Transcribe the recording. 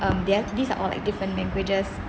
um they are these are all like different languages